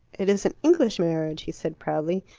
it is an english marriage, he said proudly.